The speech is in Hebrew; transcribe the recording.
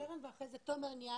אז קודם קרן ואחרי זה תומר ניאזוף.